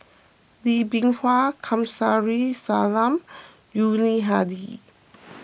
Lee Bee Wah Kamsari Salam Yuni Hadi